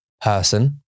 person